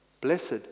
Blessed